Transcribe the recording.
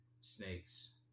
snakes